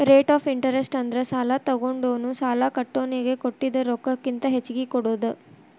rate of interest ಅಂದ್ರ ಸಾಲಾ ತೊಗೊಂಡೋನು ಸಾಲಾ ಕೊಟ್ಟೋನಿಗಿ ಕೊಟ್ಟಿದ್ ರೊಕ್ಕಕ್ಕಿಂತ ಹೆಚ್ಚಿಗಿ ಕೊಡೋದ್